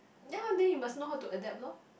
ya then you must know how to adapt loh